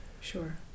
sure